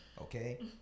Okay